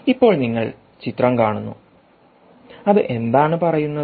ഇപ്പോൾ നിങ്ങൾ ചിത്രം കാണുന്നു അത് എന്താണ് പറയുന്നത്